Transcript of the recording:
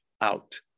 out